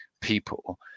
people